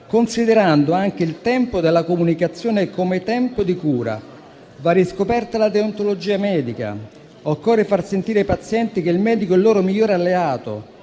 considerando anche quello della comunicazione come tempo di cura. Va riscoperta la deontologia medica e occorre far sentire ai pazienti che il medico è il loro miglior alleato,